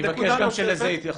אני מבקש שגם לזה יתייחסו.